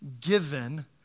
given